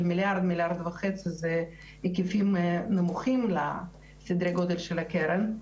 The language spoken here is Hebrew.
1-1.5 מיליארד זה היקף נמוך לסדרי הגודל של הקרן,